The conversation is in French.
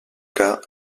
cas